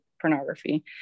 pornography